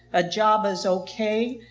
a job is ok,